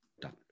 Done